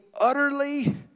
utterly